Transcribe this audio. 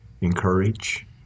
encourage